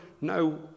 no